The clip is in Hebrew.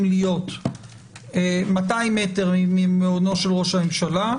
תזכיר החוק הזה נמצא בעבודה במשרד המשפטים,